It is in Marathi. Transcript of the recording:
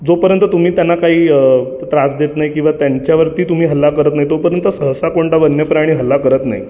जोपर्यंत तुम्ही त्यांना काही त त्रास देत नाही किंवा त्यांच्यावरती तुम्ही हल्ला करत नाही तोपर्यंत सहसा कोणता वन्य प्राणी हल्ला करत नाही